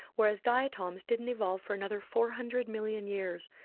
whereas diatoms didn't evolve for another four hundred million years.